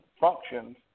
functions